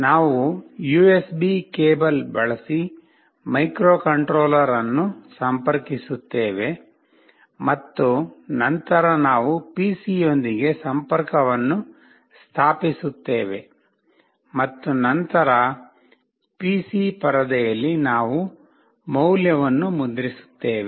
ನಾವು U S B cable ಬಳಸಿ microcontroller ಅನ್ನು ಸಂಪರ್ಕಿಸುತ್ತೇವೆ ಮತ್ತು ನಂತರ ನಾವು ಪಿಸಿಯೊಂದಿಗೆ ಸಂಪರ್ಕವನ್ನು ಸ್ಥಾಪಿಸುತ್ತೇವೆ ಮತ್ತು ನಂತರ ಪಿಸಿ ಪರದೆಯಲ್ಲಿ ನಾವು ಮೌಲ್ಯವನ್ನು ಮುದ್ರಿಸುತ್ತೇವೆ